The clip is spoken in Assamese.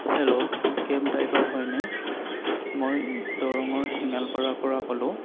হেল্ল' কেব ড্ৰাইভাৰ হয়নে মই দৰঙৰ হেঙালপাৰাৰপৰা ক'লোঁ